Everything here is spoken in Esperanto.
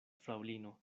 fraŭlino